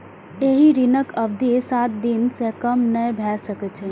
एहि ऋणक अवधि सात दिन सं कम नहि भए सकै छै